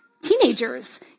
teenagers